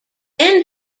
then